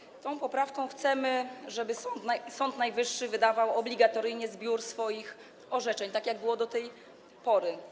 Zgodnie z tą poprawką chcemy, żeby Sąd Najwyższy wydawał obligatoryjnie zbiór swoich orzeczeń, tak jak było do tej pory.